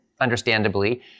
understandably